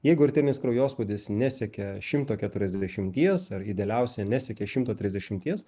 jeigu arterinis kraujospūdis nesiekia šimto keturiasdešimties ar idealiausia nesiekia šimto trisdešimties